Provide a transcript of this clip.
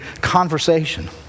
conversation